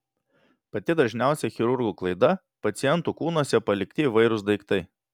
pati dažniausia chirurgų klaida pacientų kūnuose palikti įvairūs daiktai